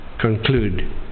conclude